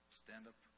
stand-up